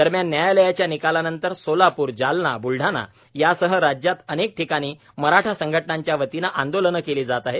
दरम्यान न्यायालयाच्या निकालानंतर सोलापूर जालना ब्लढाणायासह राज्यात अनेक ठिकाणी मराठा संघटनांच्या वतीनं आंदोलनं केली जात आहेत